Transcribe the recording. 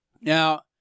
Now